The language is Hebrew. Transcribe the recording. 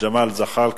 ג'מאל זחאלקה,